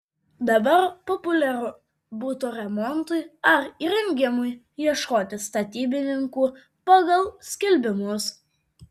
dabar populiaru buto remontui ar įrengimui ieškoti statybininkų pagal skelbimus